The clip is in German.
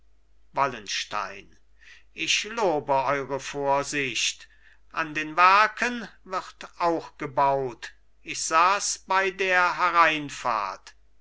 wallenstein ich lobe eure vorsicht an den werken wird auch gebaut ich sahs bei der hereinfahrt